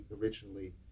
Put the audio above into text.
originally